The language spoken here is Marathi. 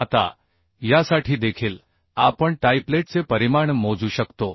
आता यासाठी देखील आपण टाइपलेटचे परिमाण मोजू शकतो